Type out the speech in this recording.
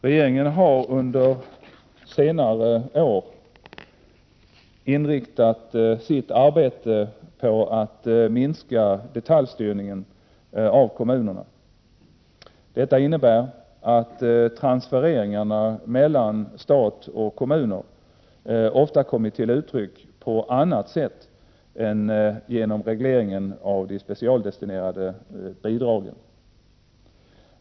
Regeringen har under senare år inriktat sitt arbete på att minska detaljstyrningen av kommunerna. Detta innebär att transfereringarna mellan stat och kommuner ofta kommit till uttryck på annat sätt än genom regleringen av de specialdestinerade bidragen.